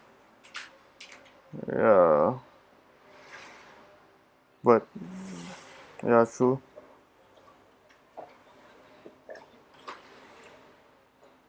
ya but ya true